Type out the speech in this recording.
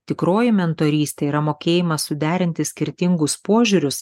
tikroji mentorystė yra mokėjimas suderinti skirtingus požiūrius